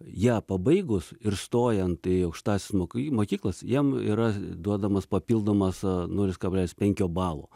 ją pabaigus ir stojant į aukštąsias mokyklas jiem yra duodamas papildomas nulis kablelis penki balo